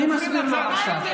אני מסביר לו עכשיו.